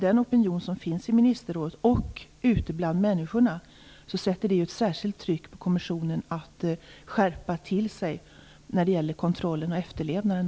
Den opinion som finns i ministerrådet och ute bland människorna sätter ett särskilt tryck på kommissionen att skärpa sig när det gäller kontrollen och efterlevnaden.